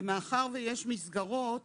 מאחר ויש מסגרות